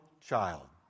child